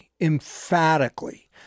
emphatically